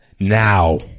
now